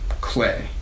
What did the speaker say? clay